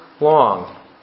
long